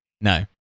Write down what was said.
No